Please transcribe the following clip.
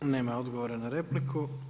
Nema odgovora na repliku.